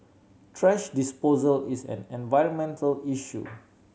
thrash disposal is an environmental issue